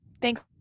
Thanks